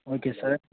okay sir